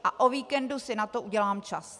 A o víkendu si na to udělám čas.